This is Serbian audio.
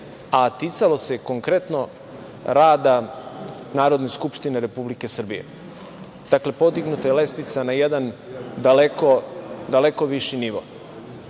a ticalo se konkretno rada Narodne skupštine Republike Srbije. Dakle, podignuta je lestvica na jedan deleko viši nivo. Mnogo